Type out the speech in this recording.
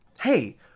Hey